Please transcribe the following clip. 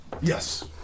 Yes